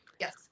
Yes